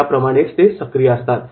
त्याप्रमाणेच ते सक्रिय असतात